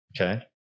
okay